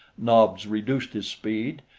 nobs reduced his speed,